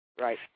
Right